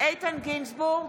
איתן גינזבורג,